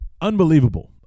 unbelievable